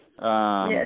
Yes